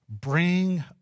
Bring